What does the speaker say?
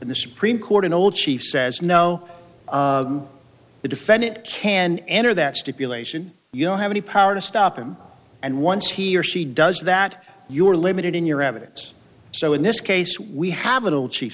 in the supreme court an old chief says no the defendant can enter that stipulation you don't have any power to stop him and once he or she does that you are limited in your evidence so in this case we have little ch